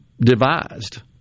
devised